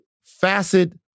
facet